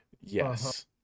Yes